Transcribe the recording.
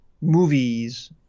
movies